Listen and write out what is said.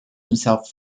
himself